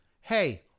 hey